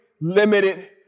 limited